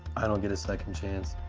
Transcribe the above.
i don't get a second chance.